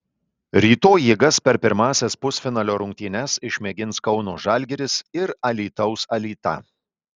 rytoj jėgas per pirmąsias pusfinalio rungtynes išmėgins kauno žalgiris ir alytaus alita